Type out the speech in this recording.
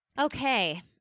Okay